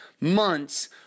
months